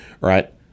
right